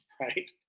right